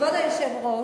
כבוד היושב-ראש,